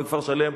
מכפר-שלם,